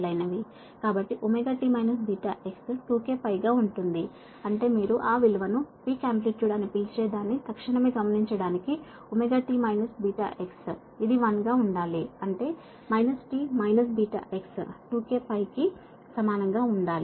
కాబట్టి ωt βx 2kπ గా ఉంటుంది అంటే మీరు ఆ విలువ ను పీక్ ఆంప్లిట్యూడ్ అని పిలిచేదాన్ని తక్షణమే గమనించడానికి ωt βx ఇది 1 గా ఉండాలి అంటే t βx 2kπ కి సమానం గా ఉండాలి